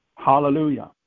Hallelujah